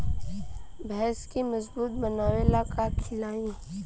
भैंस के मजबूत बनावे ला का खिलाई?